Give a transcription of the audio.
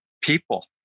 people